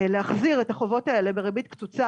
להחזיר את החובות האלה בריבית קצוצה,